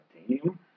Titanium